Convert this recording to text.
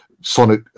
Sonic